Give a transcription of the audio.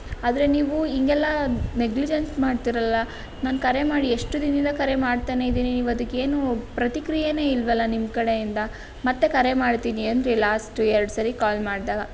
ಆದರೆ ನೀವು ಹಿಂಗೆಲ್ಲ ನೆಗ್ಲಿಜೆಂಟ್ ಮಾಡ್ತೀರಲ್ಲ ನಾನು ಕರೆ ಮಾಡಿ ಎಷ್ಟು ದಿನದಿಂದ ಕರೆ ಮಾಡ್ತಾನೇ ಇದ್ದೀನಿ ನೀವದಕ್ಕೇನೂ ಪ್ರತಿಕ್ರಿಯೆಯೇ ಇಲ್ಲವಲ್ಲ ನಿಮ್ಮ ಕಡೆಯಿಂದ ಮತ್ತೆ ಕರೆ ಮಾಡ್ತೀನಿ ಅಂದಿರಿ ಲಾಸ್ಟ್ ಎರಡು ಸರಿ ಕಾಲ್ ಮಾಡಿದಾಗ